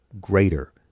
greater